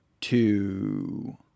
two